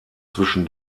zwischen